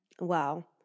Wow